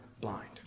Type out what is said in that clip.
blind